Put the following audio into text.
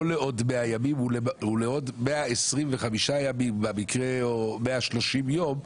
לעוד 100 ימים אלא הוא לעוד 125 ימים או 130 ימים,